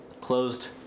closed